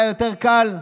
היה יותר קל.